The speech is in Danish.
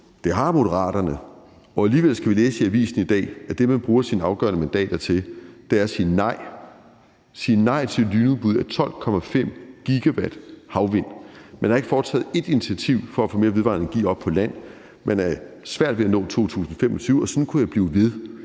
Det har Moderaterne, og alligevel skal vi læse i avisen i dag, at det, man bruger sine afgørende mandater til, er at sige nej – at sige nej til lynudbud af 12,5 GW havvind. Man har ikke foretaget ét initiativ for at få mere vedvarende energi op på land. Man har svært ved at nå 2025-målet, og sådan kunne jeg blive ved.